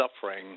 suffering